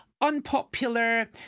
unpopular